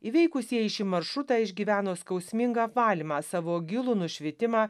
įveikusieji šį maršrutą išgyveno skausmingą apvalymą savo gilų nušvitimą